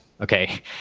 okay